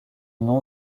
nom